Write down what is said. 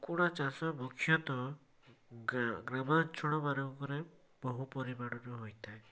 କୁକୁଡ଼ା ଚାଷ ମୁଖ୍ୟତଃ ଗାଁ ଗ୍ରାମାଞ୍ଚଳମାନଙ୍କରେ ବହୁ ପରିମାଣର ହୋଇଥାଏ